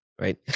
Right